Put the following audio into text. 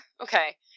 Okay